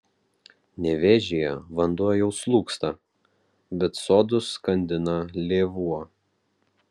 nevėžyje vanduo jau slūgsta bet sodus skandina lėvuo